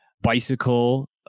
Bicycle